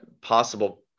possible